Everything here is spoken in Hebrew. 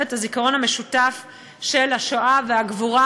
את הזיכרון המשותף של השואה והגבורה,